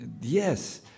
yes